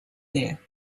there